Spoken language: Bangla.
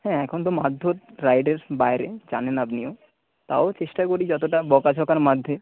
হ্যাঁ এখন তো মারধর রাইটের বাইরে জানেন আপনিও তাও চেষ্টা করি যতটা বকাঝকার মধ্যে